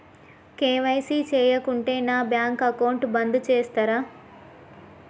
KYC చేయకుంటే నా bank account బంద్ చేస్తరా?